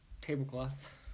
tablecloth